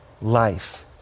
life